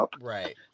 Right